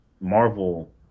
Marvel